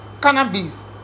cannabis